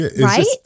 right